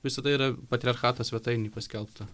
visada yra patriarchato svetainėj paskelbta